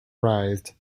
writhed